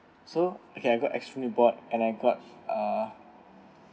so okay I got extremely bored and I got uh